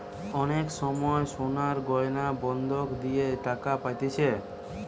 অনেক সময় সোনার গয়না বন্ধক দিয়ে টাকা পাতিছে